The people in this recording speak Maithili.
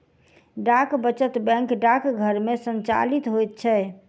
डाक वचत बैंक डाकघर मे संचालित होइत छै